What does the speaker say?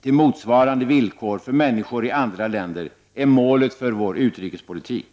till motsvarande villkor för människorna i andra länder är målet för vår utrikespolitik.